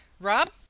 Rob